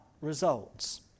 results